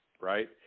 right